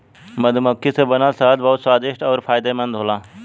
मधुमक्खी से बनल शहद बहुत स्वादिष्ट अउरी फायदामंद होला